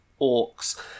orcs